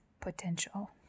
potential